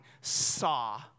saw